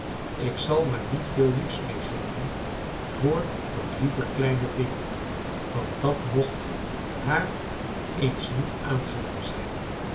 ik zal maar niet veel liefs meegeven voor dat lieve kleine ding want dat mocht haar eens niet aangenaam zijn